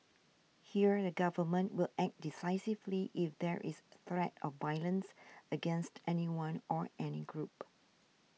here the government will act decisively if there is threat of violence against anyone or any group